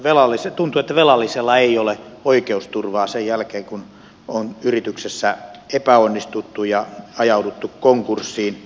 tuntuu että velallisella ei ole oikeusturvaa sen jälkeen kun on yrityksessä epäonnistuttu ja ajauduttu konkurssiin